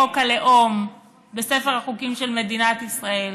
לא יהיה חוק הלאום בספר החוקים של מדינת ישראל.